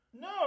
No